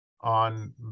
on